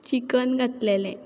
chicken घातलेलें